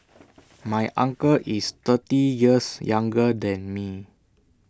my uncle is thirty years younger than me